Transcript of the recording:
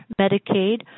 Medicaid